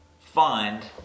find